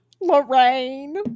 Lorraine